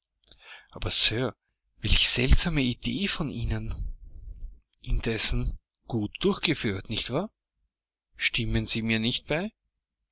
aber sir welche seltsame idee von ihnen indessen gut durchgeführt nicht wahr stimmen sie mir nicht bei